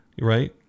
Right